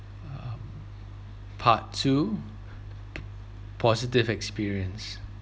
um part two positive experience